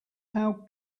how